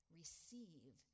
Receive